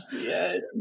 Yes